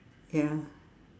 ya